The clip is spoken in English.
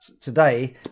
today